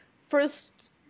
first